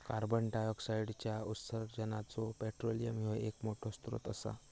कार्बंडाईऑक्साईडच्या उत्सर्जानाचो पेट्रोलियम ह्यो एक मोठो स्त्रोत असा